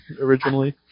originally